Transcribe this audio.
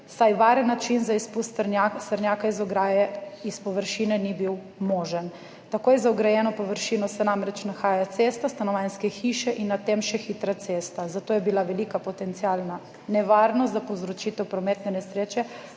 saj varen način za izpust srnjaka iz ograje iz površine ni bil možen. Takoj za ograjeno površino se namreč nahajajo cesta, stanovanjske hiše in za tem še hitra cesta, zato je bila velika potencialna nevarnost za povzročitev prometne nesreče